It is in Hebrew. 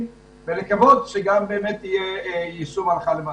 ולקוות שגם יהיה יישום הלכה למעשה.